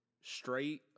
straight